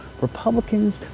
Republicans